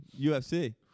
UFC